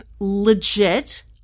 legit